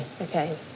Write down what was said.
Okay